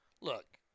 look